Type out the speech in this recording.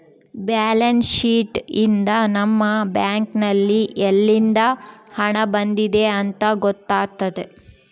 balance sheet ಯಿಂದ ನಮ್ಮ bank ನಲ್ಲಿ ಯಲ್ಲಿಂದ ಹಣ ಬಂದಿದೆ ಅಂತ ಗೊತ್ತಾತತೆ